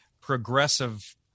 progressive